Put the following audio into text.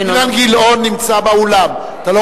אינו